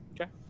Okay